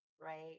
right